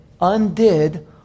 undid